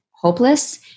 hopeless